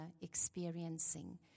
experiencing